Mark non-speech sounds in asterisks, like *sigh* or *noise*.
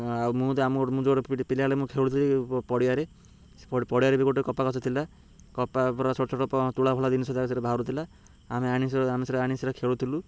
ଆଉ ମୁଁ ଯେ ଆମ ମୁଁ *unintelligible* ପିଲାବେଳେ ମୁଁ ଖେଳୁଥିଲି ପଡ଼ିଆରେ ପଡ଼ିଆରେ ବି ଗୋଟେ କପା ଗଛ ଥିଲା କପା ପୁରା ଛୋଟ ଛୋଟ ତୁଳା *unintelligible* ଜିନଷ ତାଭିତରେ ବାହାରୁ ଥିଲା ଆମେ ଆଣି ଆମେ ସେଗୁଡ଼ା ଆଣି ସେଗୁଡ଼ା ଖେଳୁଥିଲୁ